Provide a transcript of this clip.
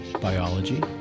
biology